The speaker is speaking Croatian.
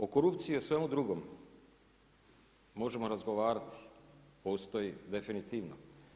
O korupciji i svemu drugom možemo razgovarati, postoji definitivno.